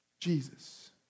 Jesus